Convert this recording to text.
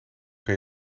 kan